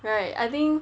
right I think